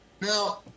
Now